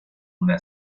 una